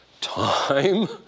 Time